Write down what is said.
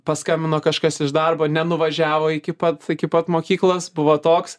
paskambino kažkas iš darbo nenuvažiavo iki pat iki pat mokyklos buvo toks